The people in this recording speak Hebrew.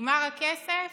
נגמר הכסף,